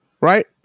Right